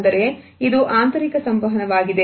ಅಂದರೆ ಇದು ಆಂತರಿಕ ಸಂವಹನ ವಾಗಿದೆ